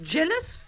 Jealous